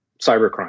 cybercrime